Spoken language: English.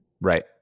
Right